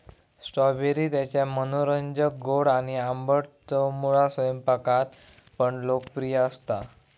strawberry त्याच्या मनोरंजक गोड आणि आंबट चवमुळा स्वयंपाकात पण लोकप्रिय असता